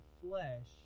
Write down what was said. flesh